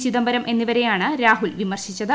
ചിദംബരം എന്നിവരെയാണ് രാഹുൽ വിമർശിച്ചത്